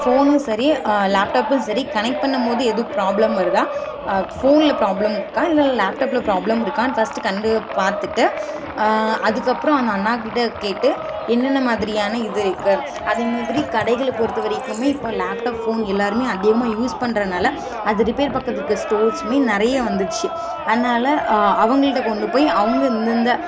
ஃபோனும் சரி லேப்டாப்பும் சரி கனெக்ட் பண்ணம்மோது எதுவும் ப்ராப்ளம் வருதா ஃபோனில் ப்ராப்ளம் இருக்கா இல்லை லேப்டாப்பில் ப்ராப்ளம் இருக்கான்னு ஃபஸ்ட்டு கண்டு பார்த்துட்டு அதுக்கப்புறம் அந்த அண்ணாக்கிட்ட கேட்டு என்னென்ன மாதிரியான இது இருக்கு அதுமாதிரி கடைகளை பொறுத்த வரைக்குமே இப்போ லேப்டாப் ஃபோன் எல்லாருமே அதிகமாக யூஸ் பண்ணுறனால அது ரிப்பேர் பார்க்குறதுக்கு ஸ்டோர்ஸ்மே நிறைய வந்துருச்சு அதனால் அவங்கள்கிட்ட கொண்டு போய் அவங்க இந்த இந்த